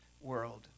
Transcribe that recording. world